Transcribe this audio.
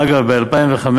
אגב, ב-2005